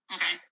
Okay